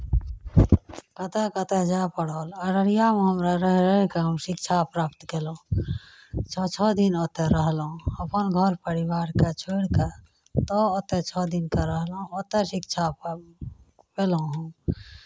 कतय कतय जाय पड़ल अररियामे हम रहि रहि कऽ हम शिक्षा प्राप्त कयलहुँ छओ छओ दिन ओतय रहलहुँ अपन घर परिवारके छोड़ि कऽ ओतय छओ दिनके रहलहुँ ओतय शिक्षा पाबि पयलहुँ हम